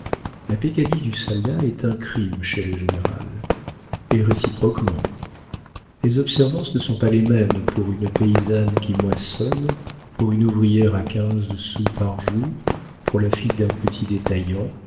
la peccadille du soldat est un crime chez le général et réciproquement les observances ne sont pas les mêmes pour une paysanne qui moissonne pour une ouvrière à quinze sous par jour pour la fille d'un petit détaillant